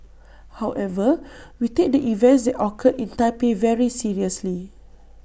however we take the events occurred in Taipei very seriously